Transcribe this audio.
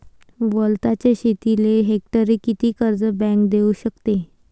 वलताच्या शेतीले हेक्टरी किती कर्ज बँक देऊ शकते?